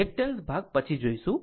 reactance ભાગ પછી જોઈશુ